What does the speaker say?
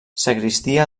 sagristia